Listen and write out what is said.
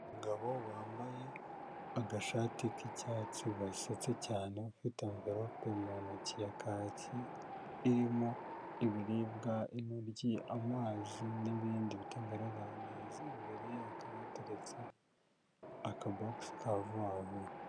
Umugabo wambaye agashati k'icyatsi yasetse cyane ufite amverope mu ntoki ya kacyi, irimo ibiribwa intoryi, amazi n'ibindi bitagaragara neza imbere akaba yateretse akabokisi ka vubavuba.